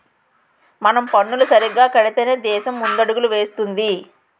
మనం పన్నులు సరిగ్గా కడితేనే దేశం ముందడుగులు వేస్తుంది